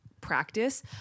practice